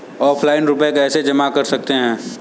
Offline रुपये कैसे जमा कर सकते हैं?